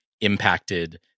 impacted